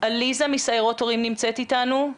מסיירות הורים נמצאת איתנו?